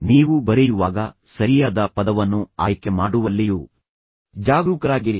ನೀವು ಬರೆಯುವಾಗ ಸರಿಯಾದ ಪದವನ್ನು ಆಯ್ಕೆ ಮಾಡುವಲ್ಲಿಯೂ ಜಾಗರೂಕರಾಗಿರಿ